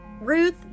Ruth